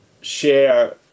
share